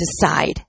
decide